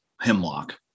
hemlock